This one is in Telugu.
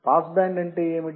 పాస్ బ్యాండ్ అంటే ఏమిటి